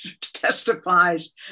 testifies